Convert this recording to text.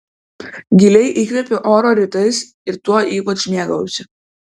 giliai įkvepiu oro rytais ir tuo ypač mėgaujuosi